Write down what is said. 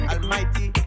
Almighty